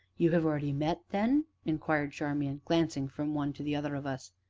you have already met, then? inquired charmian, glancing from one to the other of us.